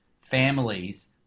families